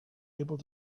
able